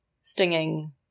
stinging